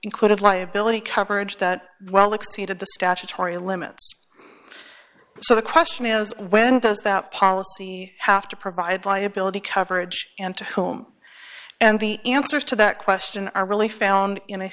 included liability coverage that well exceeded the statutory limits so the question is when does that policy have to provide liability coverage and to whom and the answers to that question are really found in a